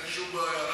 אין שום בעיה.